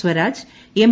Swaraj M